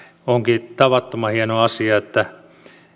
onkin tavattoman hieno asia että